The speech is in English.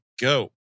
go